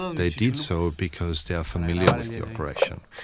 they did so because they are familiar with the operation,